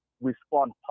respond